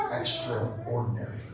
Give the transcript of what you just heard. extraordinary